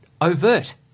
overt